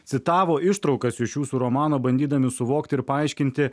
citavo ištraukas iš jūsų romano bandydami suvokti ir paaiškinti